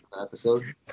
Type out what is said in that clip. episode